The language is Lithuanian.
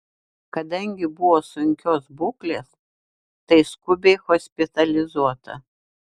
kadangi buvo sunkios būklės tai skubiai hospitalizuota